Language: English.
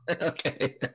Okay